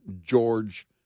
George